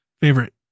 favorite